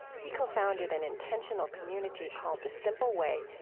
he co-founded an intentional community called the simple way,